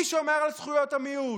מי שומר על זכויות המיעוט?